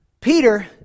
Peter